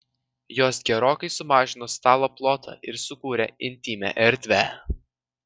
jos gerokai sumažino stalo plotą ir sukūrė intymią erdvę